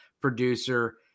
producer